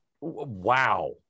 wow